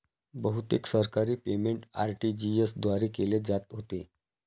बहुतेक सरकारी payment RTGS द्वारे केले जात होते